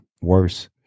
worse